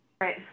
Right